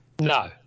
No